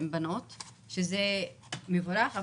שזה מבורך,